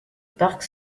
parc